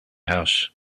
house